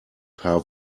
paar